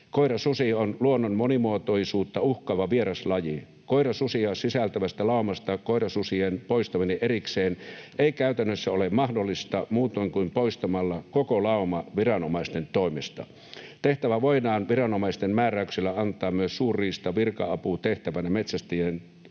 Koirasusi on luonnon monimuotoisuutta uhkaava vieraslaji. Koirasusia sisältävästä laumasta koirasusien poistaminen erikseen ei käytännössä ole mahdollista muutoin kuin poistamalla koko lauma viranomaisten toimesta. Tehtävä voidaan viranomaisten määräyksellä antaa myös suurriistavirka-aputehtävänä metsästäjien